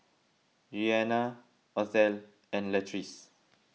Rianna Othel and Latrice